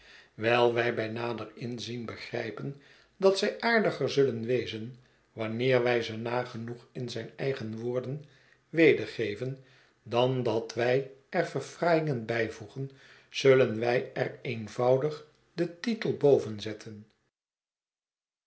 wijl wij bij nader inzien begrijpen dat zij aardiger sullen wezen wanneerwij ze nagenoeg in zijn eigen woorden wedergeven dan dat wij er verfraaiingen bijvoegen zullen wij er eenvoudig den titei boven zetten